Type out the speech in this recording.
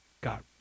got